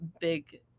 big